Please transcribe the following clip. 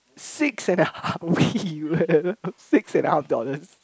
six and a half we will have a six and half dollars